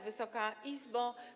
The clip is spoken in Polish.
Wysoka Izbo!